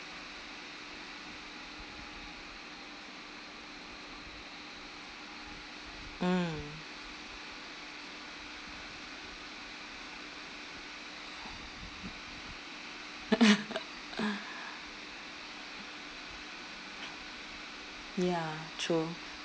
mm ya true